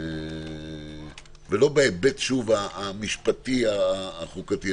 ולא בהיבט המשפטי החוקתי,